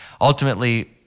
ultimately